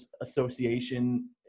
association